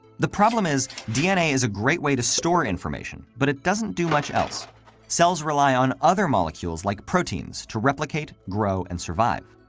the problem is, dna is a great way to store information, but it doesn't do much else cells rely on other molecules like proteins to replicate, grow, and survive.